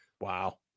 Wow